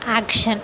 action